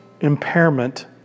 impairment